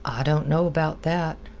i don't know about that,